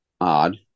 odd